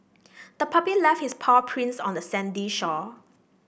the puppy left its paw prints on the sandy shore